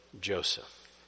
Joseph